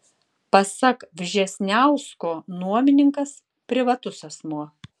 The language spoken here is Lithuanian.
pasak vžesniausko nuomininkas privatus asmuo